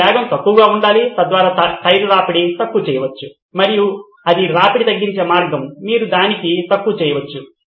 మీ వేగం తక్కువగా ఉండాలి తద్వారా టైర్ రాపిడి తక్కువ చేయవచ్చు మరియు అది రాపిడి తగ్గించే మార్గం మీరు దానిని తక్కువ చేయవచ్చు